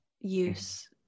use